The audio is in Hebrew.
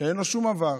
שאין לו שום עבר,